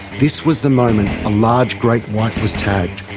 this was the moment a large great white was tagged.